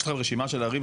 יש לכם רשימה של ערים,